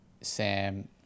sam